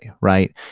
right